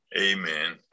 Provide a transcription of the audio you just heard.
Amen